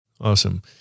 Awesome